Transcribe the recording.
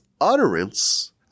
utterance